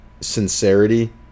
sincerity